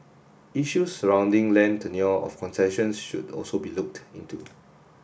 issues surrounding land tenure of concessions should also be looked into